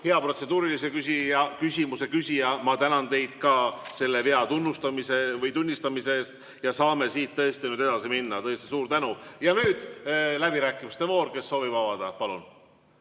Hea protseduurilise küsimuse küsija, ma tänan ka teid vea tunnistamise eest! Ja saame siit tõesti nüüd edasi minna. Tõesti, suur tänu! Ja nüüd läbirääkimiste voor. Kes soovib avada? Palun!